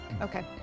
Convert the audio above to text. Okay